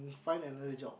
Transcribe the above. find another job